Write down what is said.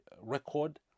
record